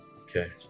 Okay